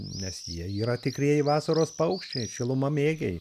nes jie yra tikrieji vasaros paukščiai šilumamėgiai